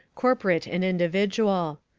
corporate and individual.